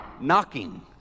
knocking